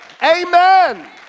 Amen